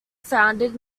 founded